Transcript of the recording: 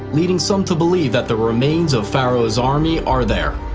leading some to believe that the remains of pharaoh's army are there.